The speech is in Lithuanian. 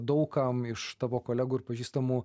daug kam iš tavo kolegų ir pažįstamų